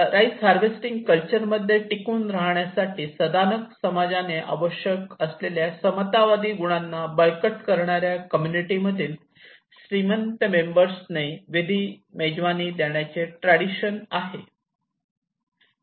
rice harvesting culture मध्ये टिकून राहण्यासाठी सदानग समाजाने आवश्यक असलेल्या समतावादी गुणांना बळकट करणार्या कम्युनिटी मधील श्रीमंत मेंबर्स ने विधी मेजवानी देण्याचे ट्रॅडिशन आहे